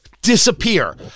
Disappear